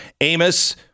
Amos